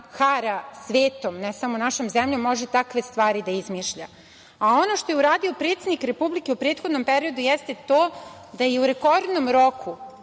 hara svetom, ne samo našom zemljom, može takve stvari da izmišlja. Ono što je uradio predsednik Republike u prethodnom periodu jeste to da su u rekordnom roku